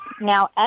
Now